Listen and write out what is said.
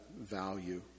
value